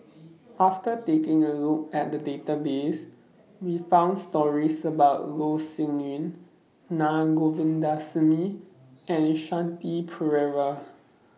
after taking A Look At The Database We found stories about Loh Sin Yun Na Govindasamy and Shanti Pereira